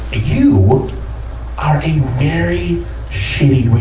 you you are a very shitty